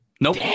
nope